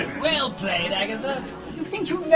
well played, agatha. you think you know